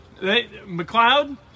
McLeod